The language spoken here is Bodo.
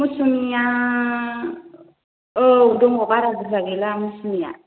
मौसुमिया औ दङ बारा बुरजा गैला मौसुमिया